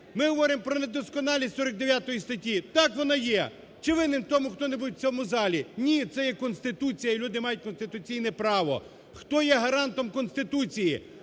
Ми говоримо про недосконалість 49 статті. Так, вона є. Чи винен у тому хто-небудь в цьому залі? Ні, це є Конституція і люди мають конституційне право. Хто є гарантом Конституції?